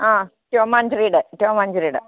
ആ Tom and ജെറിയുടെ and ജെറിയുടെ